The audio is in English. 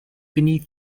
beneath